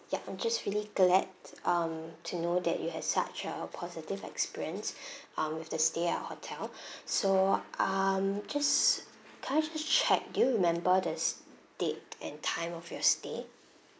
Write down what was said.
ya I'm just really glad um to know that you have such a positive experience um with the stay at hotel so um just can I just check do you remember the s~ date and time of your stay